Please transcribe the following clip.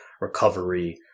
recovery